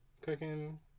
cooking